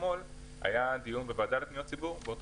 אתמול היה דיון בוועדה לפניות הציבור באותו